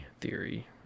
theory